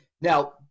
Now